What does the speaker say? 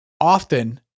often